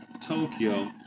Tokyo